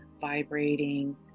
vibrating